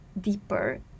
deeper